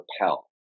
repel